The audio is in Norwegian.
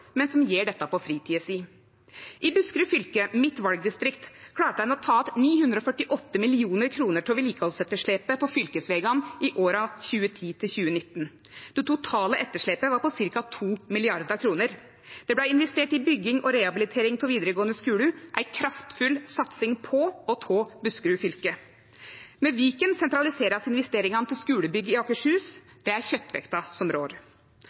men som gjer dette på fritida si. I Buskerud fylke, mitt valdistrikt, klarte ein å ta igjen 948 mill. kr av vedlikehaldsetterslepet på fylkesvegane i åra 2010–2019. Det totale etterslepet var på ca. 2 mrd. kr. Det blei investert i bygging og rehabilitering av vidaregåande skular – ei kraftfull satsing på og av Buskerud fylke. Med Viken blir investeringane til skulebygg i Akershus sentraliserte. Det er kjøttvekta som rår.